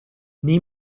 nei